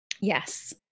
yes